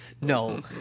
No